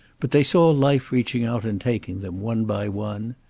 but they saw life reaching out and taking them, one by one.